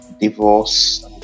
divorce